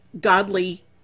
godly